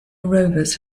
rovers